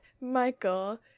Michael